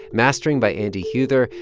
mastering by andy huether.